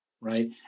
right